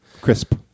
crisp